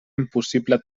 impossible